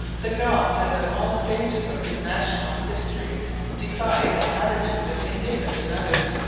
the gaul has at all stages of his national history defied an attitude of indifference in others.